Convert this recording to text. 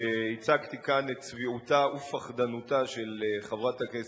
והצגתי כאן את צביעותה ופחדנותה של חברת הכנסת